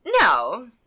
no